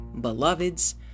beloveds